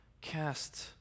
Cast